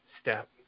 step